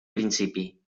principi